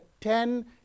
ten